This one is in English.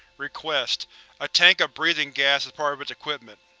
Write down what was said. request a tank of breathing gas as part of its equipment.